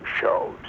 shows